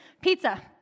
Pizza